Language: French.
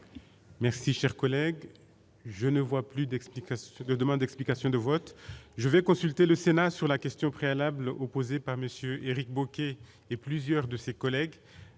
Merci, chers collègue, je ne vois plus d'explications, de demandes d'explications de vote, je vais consulter le Sénat sur la question préalable opposée par monsieur Éric Bocquet et plusieurs de ses collègues,